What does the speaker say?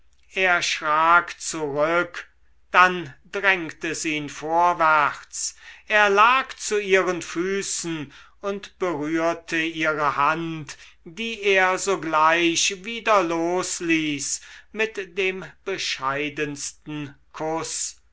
schrak zurück dann drängt es ihn vorwärts er lag zu ihren füßen und berührte ihre hand die er sogleich wieder losließ mit dem bescheidensten kuß